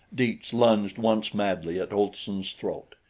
dietz lunged once madly at olson's throat.